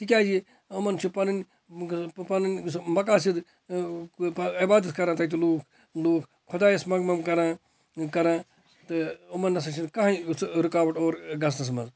تہِ کیازِ اُمَن چھِ پَنٕنۍ پَنٕنۍ مقاصدِ عبادَت کَران تَتہِ لُکھ لُکھ خۄدایَس مَنگہٕ مَنگہٕ کَران کَران تہٕ یِمَن نہ سا چھِنہٕ کانٛہہ تہِ رُکاوَٹ اور گَژھنَس مَنٛز